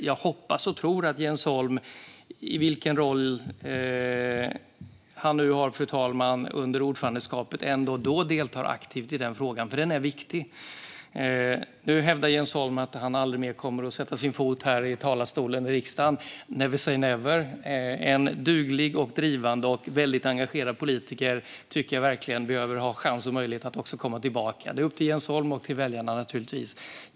Jag hoppas och tror att Jens Holm, vilken roll han nu har, fru talman, under ordförandeskapet ändå deltar aktivt i den frågan. Den är viktig. Nu hävdar Jens Holm att han aldrig mer kommer att sätta sin fot här i talarstolen eller i riksdagen. Never say never. En duglig, drivande och väldigt engagerad politiker tycker jag verkligen behöver ha chans och möjlighet att komma tillbaka. Det är naturligtvis upp till Jens Holm och väljarna.